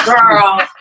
Girl